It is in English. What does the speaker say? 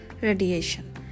radiation